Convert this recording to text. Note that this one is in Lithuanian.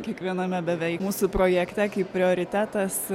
kiekviename beveik mūsų projekte kaip prioritetas